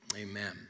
Amen